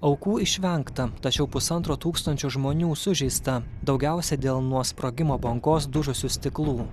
aukų išvengta tačiau pusantro tūkstančio žmonių sužeista daugiausia dėl nuo sprogimo bangos dužusių stiklų